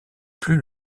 plus